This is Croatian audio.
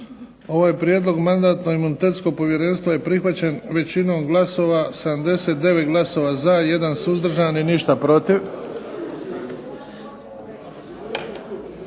Ovaj prijedlog Mandatno-imunitetskog povjerenstva je prihvaćen većinom glasova, 79 glasova za, 1 suzdržan i ništa protiv.